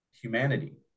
humanity